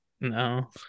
No